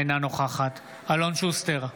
אינה נוכחת אלון שוסטר,